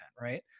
right